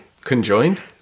Conjoined